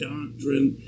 doctrine